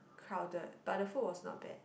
crowded but the food was not bad